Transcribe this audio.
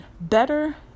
better